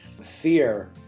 fear